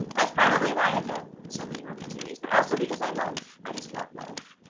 that's probably why i've done so many romance movies. but also because i love, i just love love.